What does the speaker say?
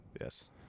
Yes